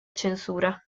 censura